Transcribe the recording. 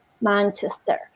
Manchester